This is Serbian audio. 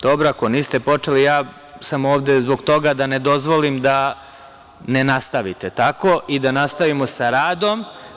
Dobro, ako niste počeli, ja sam ovde zbog toga da ne dozvolim da ne nastavite tako i da nastavimo sa radom.